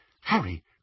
Harry